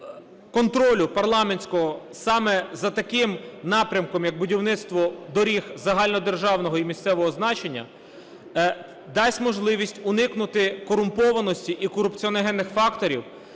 контролю парламентського саме за таким напрямком, як будівництво доріг загальнодержавного і місцевого значення, дасть можливість уникнути корумпованості і корупціогенних факторів